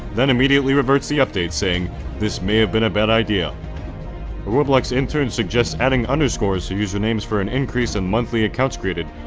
then immediately reverts the update saying this may have been a bad idea. a roblox intern suggests adding underscores to usernames for an increase in months accounts created,